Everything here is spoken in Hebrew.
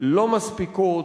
לא מספיקות,